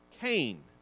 Cain